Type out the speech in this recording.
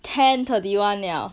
ten thirty one 了